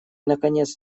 наконец